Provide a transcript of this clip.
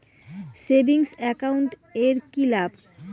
Savings account এর কি লাভ?